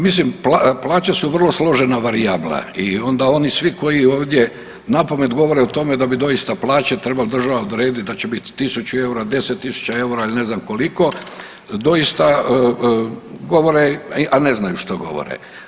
mislim plaće su vrlo složena varijabla i onda oni svi koji ovdje napamet govore o tome da bi doista plaće trebala država odrediti da će biti tisuću eura, 10 tisuća eura ili ne znam koliko, doista govore, a ne znaju što govore.